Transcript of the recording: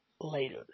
later